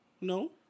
No